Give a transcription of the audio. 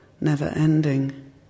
never-ending